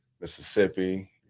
Mississippi